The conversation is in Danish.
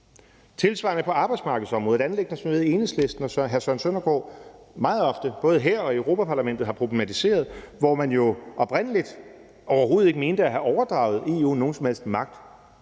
Tilsvarende er det på arbejdsmarkedsområdet, der er et anliggende, som jeg ved at Enhedslisten og hr. Søren Søndergaard meget ofte, både her og i Europa-Parlamentet, har problematiseret, hvor man jo oprindeligoverhovedet ikke mente at have overdraget EU nogen som helst magt.